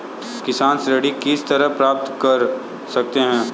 किसान ऋण किस तरह प्राप्त कर सकते हैं?